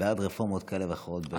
בעד רפורמות כאלה ואחרות.